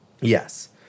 Yes